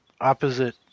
opposite